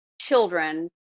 children